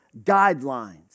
guidelines